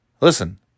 Listen